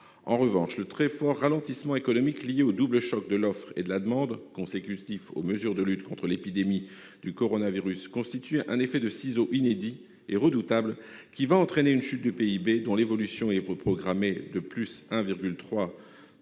En revanche, le très fort ralentissement économique lié au double choc de l'offre et de la demande, consécutif aux mesures de lutte contre l'épidémie du coronavirus, constitue un effet de ciseaux inédit et redoutable, qui va entraîner une chute du PIB, dont l'évolution est reprogrammée de +1,3